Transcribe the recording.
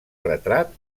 retrat